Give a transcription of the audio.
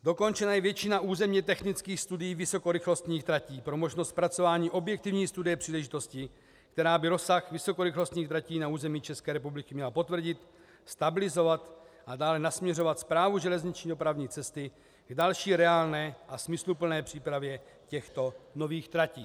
Dokončena je většina technických studií vysokorychlostních tratí pro možnost zpracování objektivní studie příležitosti, která by rozsah vysokorychlostních tratí na území České republiky měla potvrdit, stabilizovat a dále nasměrovat Správu železniční dopravní cesty k další reálné a smysluplné přípravě těchto nových tratí.